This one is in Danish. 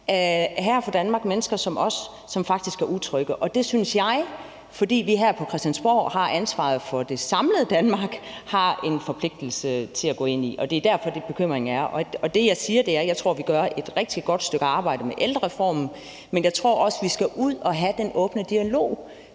her fra Danmark – andel af mennesker, som er utrygge. Og fordi vi her på Christiansborg har ansvaret for det samlede Danmark, synes jeg at vi har en forpligtelse til at gå ind i det. Det er derfor, der er den bekymring. Det, jeg siger, er, at jeg tror, at vi gør et rigtig godt stykke arbejde med ældrereformen, men jeg tror også, at vi skal ud at have den åbne dialog,